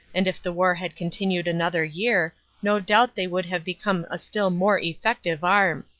and if the war had continued another year no doubt they would have become a still more effective arm.